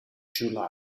july